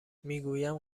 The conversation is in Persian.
میگویم